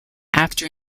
after